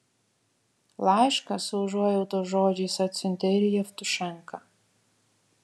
laišką su užuojautos žodžiais atsiuntė ir jevtušenka